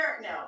No